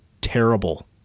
terrible